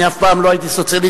אני אף פעם לא הייתי סוציאליסט,